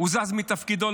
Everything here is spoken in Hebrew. הוזז מתפקידו.